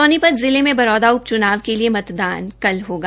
सोनीपत जिले में बरौदा उप चूनाव के लिए मतदान कल होगा